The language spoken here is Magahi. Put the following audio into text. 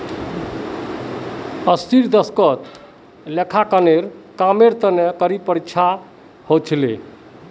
अस्सीर दशकत लेखांकनेर कामेर तने कड़ी परीक्षा ह छिले